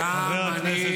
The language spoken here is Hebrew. חבר הכנסת שטרן.